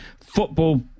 football